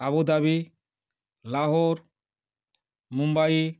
Abu Dhabi Lahore Mumbai